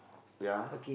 ya